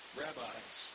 rabbis